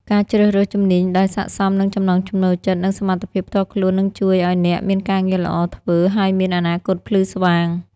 ការជ្រើសរើសជំនាញដែលស័ក្តិសមនឹងចំណង់ចំណូលចិត្តនិងសមត្ថភាពផ្ទាល់ខ្លួននឹងជួយឱ្យអ្នកមានការងារល្អធ្វើ ហើយមានអនាគតភ្លឺស្វាង។